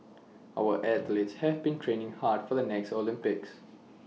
our athletes have been training hard for the next Olympics